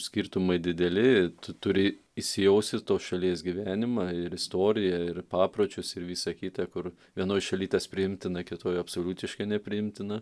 skirtumai dideli tu turi įsijaust į tos šalies gyvenimą ir istoriją ir papročius ir visa kita kur vienoj šaly tas priimtina kitoj absoliutiškai nepriimtina